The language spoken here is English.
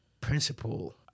principle